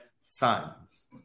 sons